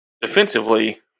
defensively